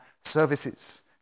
services